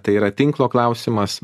tai yra tinklo klausimas